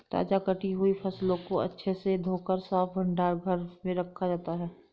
ताजा कटी हुई फसलों को अच्छे से धोकर साफ भंडार घर में रखा जाता है